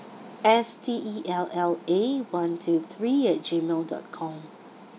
S T E L L A one two three at G mail dot com